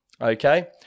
Okay